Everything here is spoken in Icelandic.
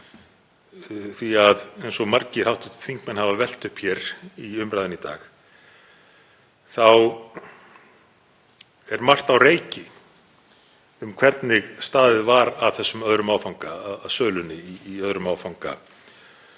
því að eins og margir hv. þingmenn hafa velt upp hér í umræðunni í dag þá er margt á reiki um hvernig staðið var að þessum öðrum áfanga í sölu á hlut